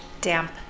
damp